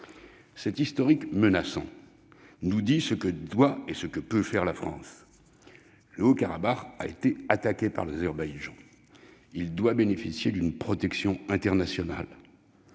Cet historique menaçant nous dit ce que doit et ce que peut faire la France. Le Haut-Karabagh a été attaqué par l'Azerbaïdjan. Il doit bénéficier d'une protection internationale.